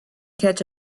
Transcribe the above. catch